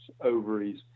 ovaries